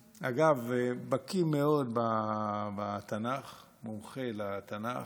אגב, הוא היה בקי מאוד בתנ"ך, מומחה לתנ"ך.